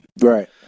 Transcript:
Right